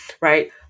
Right